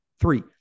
Three